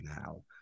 now